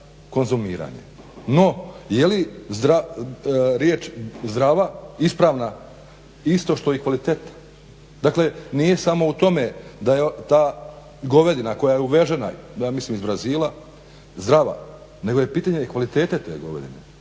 konzumiranje. No, je li riječ zdrava ispravna isto što i kvaliteta. Dakle, nije samo u tome da je ta govedina koja je uvezena, ja mislim iz Brazila zdrava, nego je pitanje kvalitete te govedine